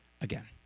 again